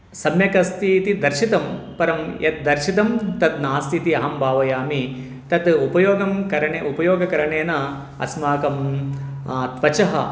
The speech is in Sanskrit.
सम्यक् अस्तीति दर्शितं परं यद्दर्शितं तद् नास्तीति अहं भावयामि तद् उपयोगं करणे उपयोगकरणेन अस्माकं त्वचः